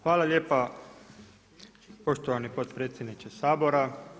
Hvala lijepa poštovani potpredsjedniče Sabora.